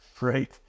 right